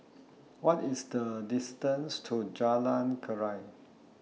What IS The distance to Jalan Keria